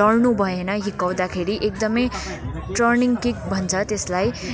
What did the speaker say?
लड्नु भएन हिर्काउँदाखेरि एकदमै ट्रनिङ किक भन्छ त्यसलाई